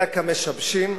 אלא כמשבשים,